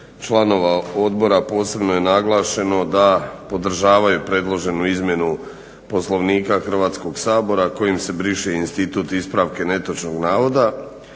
članova odbora posebno je naglašeno da podržavaju predloženu izmjenu Poslovnika Hrvatskoga sabora kojim se briše institut ispravka netočnog navoda.